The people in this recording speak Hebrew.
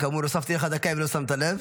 כאמור, הוספתי לך דקה, אם לא שמת לב.